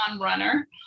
runner